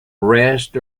rest